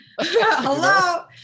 Hello